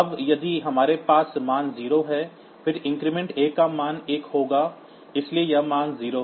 अब यदि हमारे पास मान 0 है फिर इंक्रीमेंट a का मान 1 होगा इसलिए यह मान 0 है